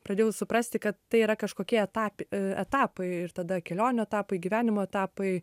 pradėjau suprasti kad tai yra kažkokie etapi etapai ir tada kelionių etapai gyvenimo etapai